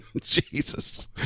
Jesus